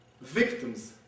victims